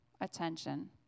attention